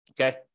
Okay